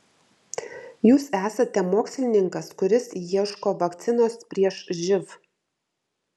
jūs esate mokslininkas kuris ieško vakcinos prieš živ